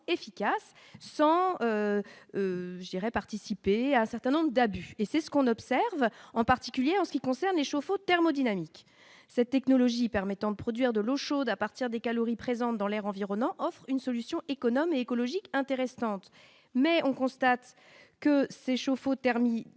je dirais, participer à un certain nombre d'abus et c'est ce qu'on observe en particulier en ce qui concerne les chauffe-eau thermodynamique cette technologie permettant de produire de l'eau chaude à partir des calories présentes dans l'air environnant, offre une solution économique, écologique, intéressantes, mais on constate que s'échauffe au terme